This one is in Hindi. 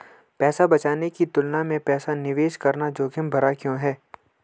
पैसा बचाने की तुलना में पैसा निवेश करना जोखिम भरा क्यों है?